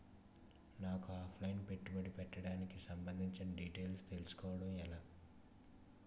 నాకు offline పెట్టుబడి పెట్టడానికి సంబందించిన డీటైల్స్ తెలుసుకోవడం ఎలా?